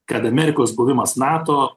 kad amerikos buvimas nato